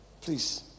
Please